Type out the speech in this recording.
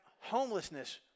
homelessness